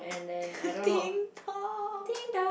ding-dong